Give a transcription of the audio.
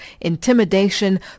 intimidation